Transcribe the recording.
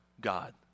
God